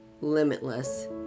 limitless